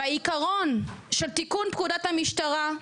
בעיקרון של תיקון פקודת המשטרה,